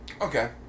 Okay